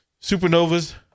Supernova's